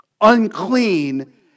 Unclean